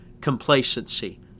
Complacency